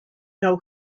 know